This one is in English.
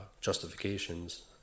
justifications